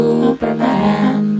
Superman